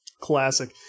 Classic